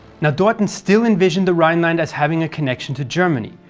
and dorten still envisioned the rhineland as having a connection to germany,